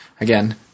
again